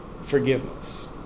forgiveness